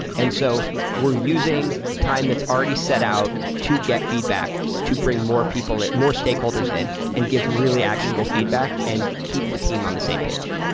and so we're using time that's already set out to get feedback to bring more people, more stakeholders in and give really actionable feedback and keep the team on the same page.